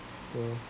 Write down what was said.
so